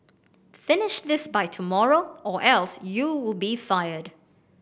finish this by tomorrow or else you would be fired